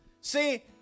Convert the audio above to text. See